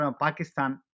Pakistan